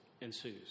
ensues